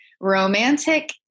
romantic